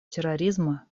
терроризма